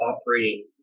operating